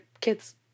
kids